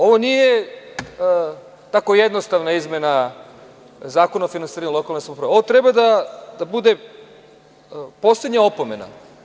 Ovo nije tako jednostavna izmena Zakona o finansiranju lokalne samouprave, ovo treba da bude poslednja opomena.